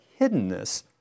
hiddenness